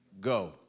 go